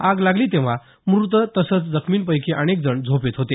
आग लागली तेंव्हा मृत तसंच जखमींपैकी अनेकजण झोपेत होते